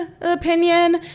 opinion